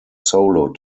solo